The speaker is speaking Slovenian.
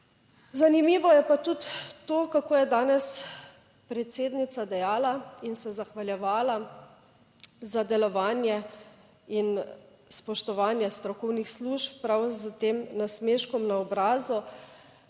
Zanimivo je pa tudi to, kako je danes predsednica dejala in se zahvaljevala za delovanje in spoštovanje strokovnih služb, prav s tem nasmeškom na obrazu,